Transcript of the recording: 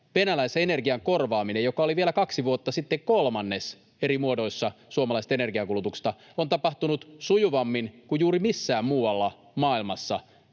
venäläisen energian, joka oli vielä kaksi vuotta sitten kolmannes eri muodoissa suomalaisesta energiankulutuksesta, korvaaminen on tapahtunut sujuvammin kuin juuri missään muualla maailmassa,